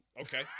Okay